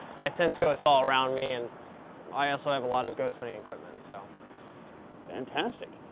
i sense ghosts all around me and i also have a lot of ghost hunting equipment. so fantastic,